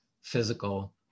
physical